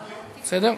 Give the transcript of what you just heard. בסדר?